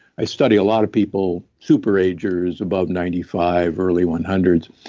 i study a lot of people, super agers above ninety five, early one hundred